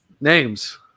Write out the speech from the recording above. Names